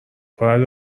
باید